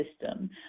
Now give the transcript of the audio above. system